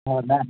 ಹೌದಾ